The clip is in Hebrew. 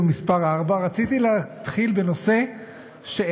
הוא מס' 4. רציתי להתחיל בנושא שאיננו